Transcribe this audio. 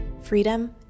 freedom